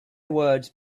words